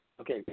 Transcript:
Okay